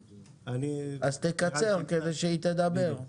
אז תקצר כדי שהיא תוכל לדבר.